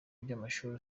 byamashuri